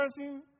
person